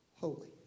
holy